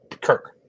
Kirk